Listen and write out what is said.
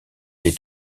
est